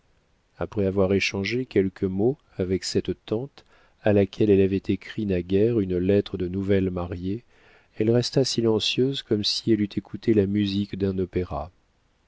après avoir échangé quelques mots avec cette tante à laquelle elle avait écrit naguère une lettre de nouvelle mariée elle resta silencieuse comme si elle eût écouté la musique d'un opéra